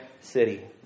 city